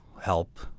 help